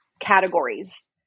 categories